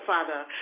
Father